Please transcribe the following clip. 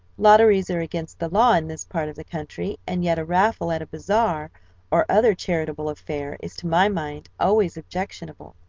lotteries are against the law in this part of the country, and yet a raffle at a bazaar or other charitable affair is to my mind always objectionable.